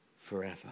forever